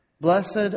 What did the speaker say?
Blessed